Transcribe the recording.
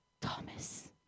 Thomas